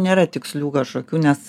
nėra tikslių kažkokių nes